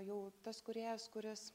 jau tas kūrėjas kuris